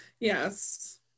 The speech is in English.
Yes